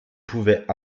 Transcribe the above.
pouvait